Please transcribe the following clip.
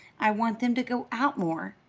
i want them to go out more.